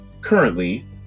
Currently